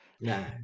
no